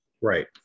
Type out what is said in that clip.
Right